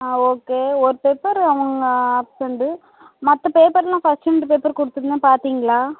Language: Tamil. ஆ ஓகே ஒரு பேப்பர் அவங்க ஆப்செண்ட்டு மற்ற பேப்பர் எல்லாம் ஃபர்ஸ்ட் யூனிட் பேப்பர் கொடுத்துருந்தேன் பார்த்திங்களா